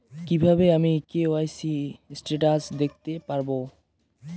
কিভাবে আমি KYC status দেখতে পারবো?